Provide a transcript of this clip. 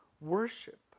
worship